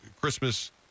christmas